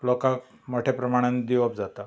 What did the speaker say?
लोकांक मोठ्या प्रमाणान दिवप जाता